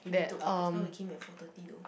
me too just now we came at four thirty though